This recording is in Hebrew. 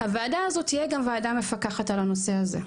הוועדה הזאת תהיה גם ועדה מפקחת על הנושא הזה,